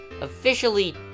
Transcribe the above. officially